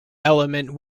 element